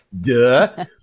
Duh